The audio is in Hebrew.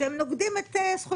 אסור,